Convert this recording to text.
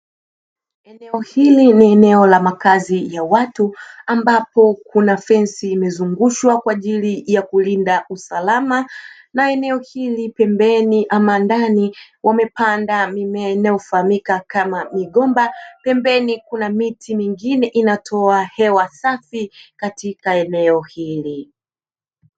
Eneo hili ni eneo la makazi ya watu, ambapo kuna fensi imezungushwa kwa ajili ya kulinda usalama, na eneo hili pembeni ama ndani wamepanda mimea ufahamika kama migomba, pembeni kuna miti mingine inatoa hewa safi katika eneo hili.